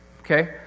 Okay